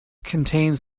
contains